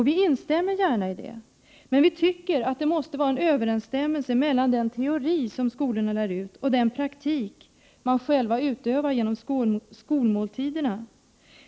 Vi instämmer gärna i detta, men vi tycker att det måste finnas en överensstämmelse mellan den teori som skolorna lär ut och den praktik som de själva utövar genom skolmåltiderna.